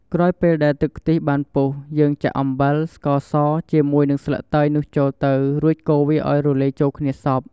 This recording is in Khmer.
ក្រោយពេលដែលទឹកខ្ទិះបានពុះ យើងចាក់អំបិល ស្ករស ជាមួយនឹងស្លឹកតើយនោះចូលទៅរួចកូរវាឱ្យរលាយចូលគ្នាសព្វ។